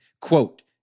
quote